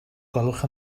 gwelwch